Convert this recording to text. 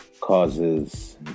causes